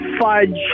fudge